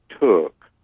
took